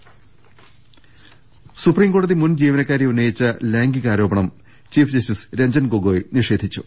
ദർവ്വെടെ ദ സുപ്രീംകോടതി മുൻ ജീവനക്കാരി ഉന്നയിച്ച ലൈംഗികാരോപണം ചീഫ് ജസ്റ്റിസ് രഞ്ജൻ ഗൊഗോയ് നിഷേധിച്ചു